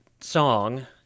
song